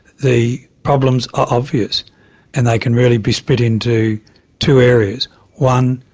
the problems are obvious and they can really be split into two areas one,